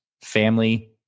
family